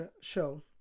show